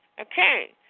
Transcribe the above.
Okay